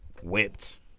Whipped